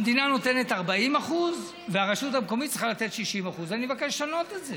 המדינה נותנת 40% והרשות המקומית נותנת 60%. אני מבקש לשנות את זה,